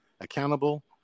accountable